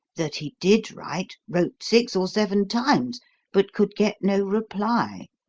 that he did write wrote six or seven times but could get no reply